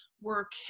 work